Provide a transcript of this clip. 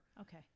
Okay